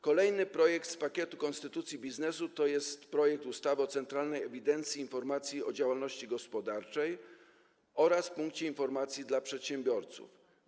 Kolejny projekt z pakietu „Konstytucji biznesu” to jest projekt ustawy o Centralnej Ewidencji i Informacji o Działalności Gospodarczej oraz Punkcie Informacji dla Przedsiębiorcy.